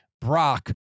Brock